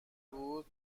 بود